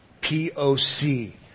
P-O-C